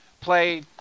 play